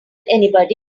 anybody